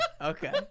okay